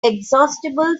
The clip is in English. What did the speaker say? inexhaustible